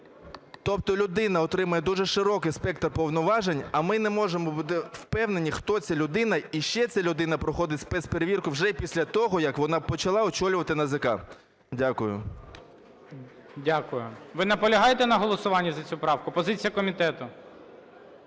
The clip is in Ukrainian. Тобто людина отримує дуже широкий спектр повноважень, а ми не можемо бути впевнені, хто ця людина, і ще ця людина проходить спецперевірку вже після того, як вона почала очолювати НАЗК. Дякую. ГОЛОВУЮЧИЙ. Дякую. Ви наполягаєте на голосуванні за цю правку? Позиція комітету.